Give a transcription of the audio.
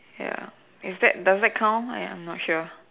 ya is that does that count I'm not sure